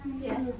Yes